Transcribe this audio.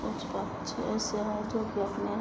कुछ पक्षी ऐसे हैं जो